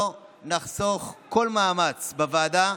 לא נחסוך כל מאמץ בוועדה